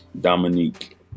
Dominique